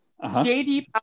JD